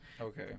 Okay